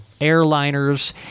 airliners